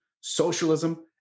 socialism